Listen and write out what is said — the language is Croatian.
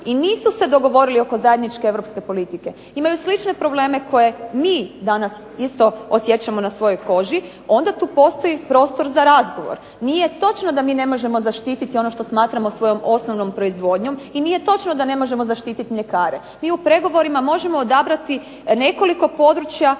i nisu se dogovorili oko zajedničke europske politike imaju slične probleme koje mi danas isto osjećamo na svojoj koži onda tu postoji prostora za razgovor. Nije točno da mi ne možemo zaštiti ono što smatramo svojom osnovnom proizvodnjom i nije točno da ne možemo zaštiti mljekare. I u pregovorima možemo odabrati nekoliko područja